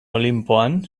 olinpoan